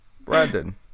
Brandon